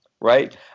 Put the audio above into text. Right